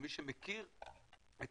מי שמכיר את